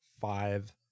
five